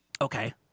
okay